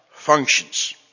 functions